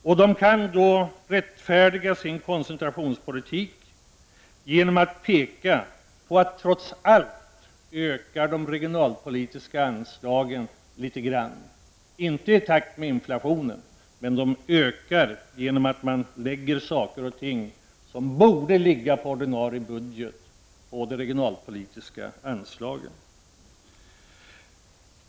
Regeringen kan då rättfärdiga sin koncentrationspolitik genom att peka på att de regionalpolitiska anslagen trots allt ökar litet grand, inte i takt med inflationen, men de ökar genom att regeringen lägger saker och ting som borde finnas i den ordinarie budgeten i de regionalpolitiska anslagen.